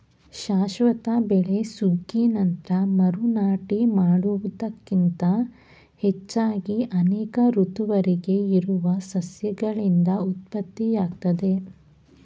ಶಾಶ್ವತ ಬೆಳೆ ಸುಗ್ಗಿ ನಂತ್ರ ಮರು ನಾಟಿ ಮಾಡುವುದಕ್ಕಿಂತ ಹೆಚ್ಚಾಗಿ ಅನೇಕ ಋತುವರೆಗೆ ಇರುವ ಸಸ್ಯಗಳಿಂದ ಉತ್ಪತ್ತಿಯಾಗ್ತದೆ